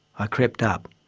i crept up.